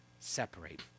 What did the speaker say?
separate